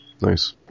Nice